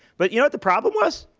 but you know what the problem was?